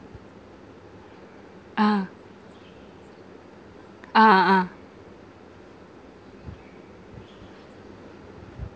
ah ah